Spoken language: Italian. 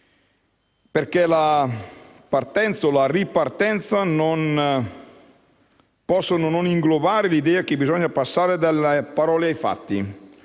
mondo. La partenza o la ripartenza non possono non inglobare l'idea che bisogna passare dalle parole ai fatti,